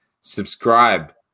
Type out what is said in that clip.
Subscribe